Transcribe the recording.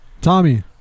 Tommy